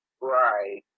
Right